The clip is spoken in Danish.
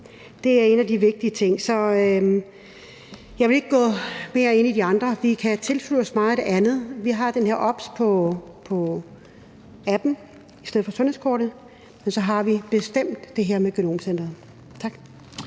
Det er en af de vigtige ting, så jeg vil ikke gå mere ind i de andre. Vi kan tilslutte os meget af det andet, men vi har den her obs i forhold til appen i stedet for sundhedskortet, og så har vi bestemt det her med genomcenteret. Tak.